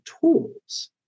tools